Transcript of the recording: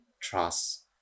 trust